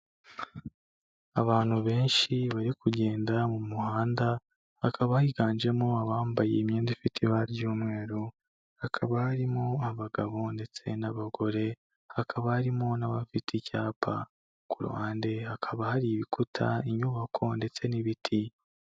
Abantu benshi bari kugenda mu muhanda hakaba higanjemo abambaye imyenda ifite ibara ry'umweru, hakaba harimo abagabo ndetse n'abagore, hakaba harimo n'abafite icyapa, ku ruhande hakaba hari ibikuta, inyubako ndetse n'ibiti.